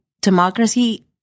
democracy